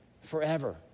forever